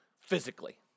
physically